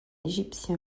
égyptien